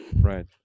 Right